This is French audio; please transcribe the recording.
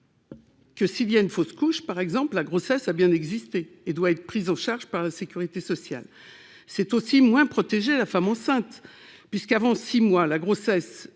que, s'il y a une « fausse couche », la grossesse a bien existé et doit être prise en charge par la sécurité sociale. C'est aussi moins protéger la femme enceinte puisque, avant six mois de grossesse,